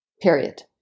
period